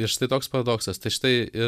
ir štai toks paradoksas tai štai ir